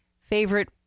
favorite